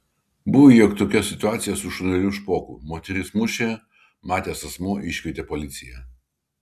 buvo juk tokia situacija su šuneliu špoku moteris mušė matęs asmuo iškvietė policiją